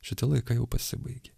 šitie laikai jau pasibaigė